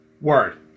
Word